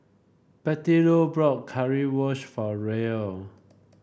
Bettylou bought Currywurst for Roel